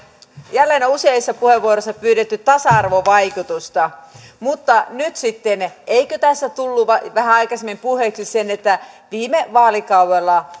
jälleen on useissa puheenvuoroissa pyydetty tasa arvovaikutusta mutta nyt sitten eikö tässä tullut vähän aikaisemmin puheeksi se että viime vaalikaudella